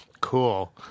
Cool